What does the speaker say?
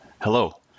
Hello